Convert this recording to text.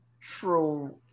true